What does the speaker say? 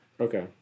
Okay